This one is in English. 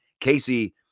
Casey